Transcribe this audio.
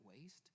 waste